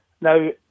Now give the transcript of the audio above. Now